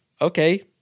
okay